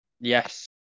Yes